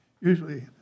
Usually